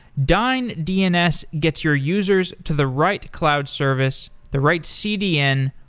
dyn dns gets your users to the right cloud service, the right cdn,